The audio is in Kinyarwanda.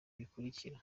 bikurikira